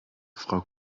frau